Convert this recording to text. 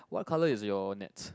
what colour is your net